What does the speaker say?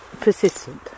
persistent